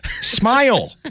smile